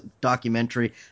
documentary